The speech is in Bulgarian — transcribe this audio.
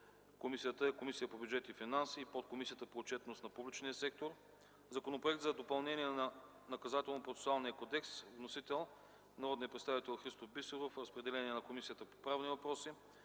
Комисията по бюджет и финанси и Подкомисията по отчетност на публичния сектор. Законопроект за допълнение на Наказателно-процесуалния кодекс. Вносител е народният представител Христо Бисеров. Водеща е Комисията по правни въпроси.